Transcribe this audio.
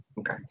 Okay